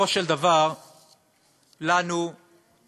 בסופו של דבר לנו היו,